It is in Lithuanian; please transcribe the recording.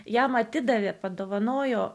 jam atidavė padovanojo